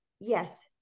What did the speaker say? Yes